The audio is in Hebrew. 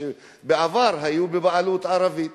בעבר הן היו בבעלות ערבית.